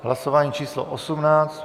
Hlasování číslo 18.